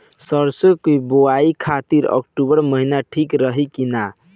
सरसों की बुवाई खाती अक्टूबर महीना ठीक रही की ना?